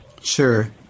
Sure